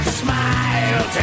smile